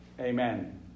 amen